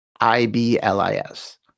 I-B-L-I-S